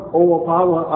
overpower